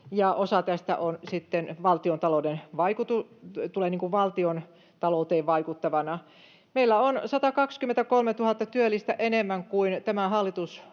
sitten tulee valtiontalouteen vaikuttavana. Meillä on 123 000 työllistä enemmän kuin silloin,